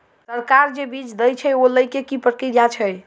सरकार जे बीज देय छै ओ लय केँ की प्रक्रिया छै?